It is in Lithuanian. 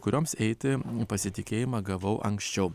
kurioms eiti pasitikėjimą gavau anksčiau